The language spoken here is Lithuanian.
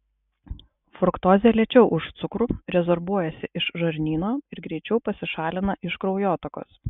fruktozė lėčiau už cukrų rezorbuojasi iš žarnyno ir greičiau pasišalina iš kraujotakos